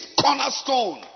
cornerstone